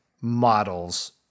models